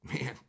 Man